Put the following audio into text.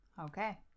Okay